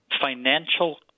financial